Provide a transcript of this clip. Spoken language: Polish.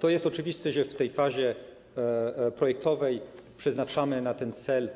To jest oczywiste, że w tej fazie projektowe przeznaczamy na ten cel